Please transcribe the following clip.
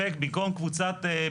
מסתננים.